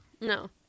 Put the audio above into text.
No